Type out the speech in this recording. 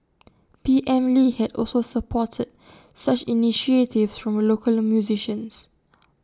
P M lee had also supported such initiatives these local musicians